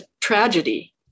tragedy